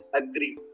agree